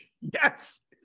yes